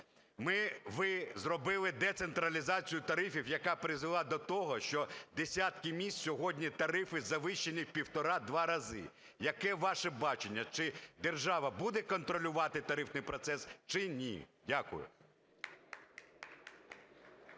Ви зробили децентралізацію тарифів, яка призвела до того, що десятки місць сьогодні тарифи завищені в півтора-два рази. Яке ваше бачення? Чи держава буде контролювати тарифний процес, чи ні? Дякую.